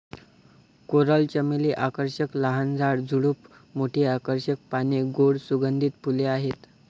coral चमेली आकर्षक लहान झाड, झुडूप, मोठी आकर्षक पाने, गोड सुगंधित फुले आहेत